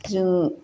जों